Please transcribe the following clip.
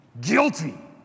guilty